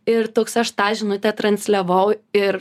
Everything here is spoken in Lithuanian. ir toks aš tą žinutę transliavau ir